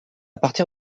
partir